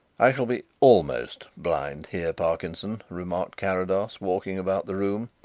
i shall be almost blind here, parkinson, remarked carrados, walking about the room.